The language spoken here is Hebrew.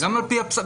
וגם על פי הפסק,